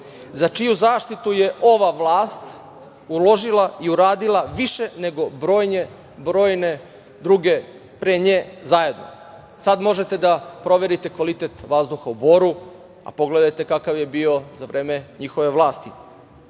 za čiju zaštitu je ova vlast uložila i uradila više nego brojne druge pre nje zajedno. Sad možete da proverite kvalitet vazduha u Boru, a pogledajte kakav je bio za vreme njihove